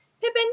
Pippin